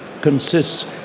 consists